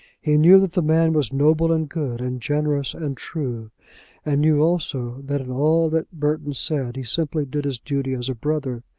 he knew that the man was noble, and good, and generous, and true and knew also that in all that burton said he simply did his duty as a brother.